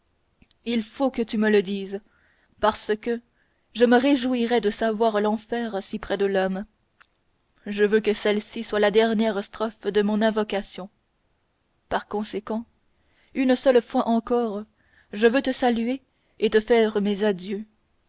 il faut que tu me le dises parce que je me réjouirais de savoir l'enfer si près de l'homme je veux que celle-ci soit la dernière strophe de mon invocation par conséquent une seule fois encore je veux te saluer et te faire mes adieux